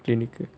clinical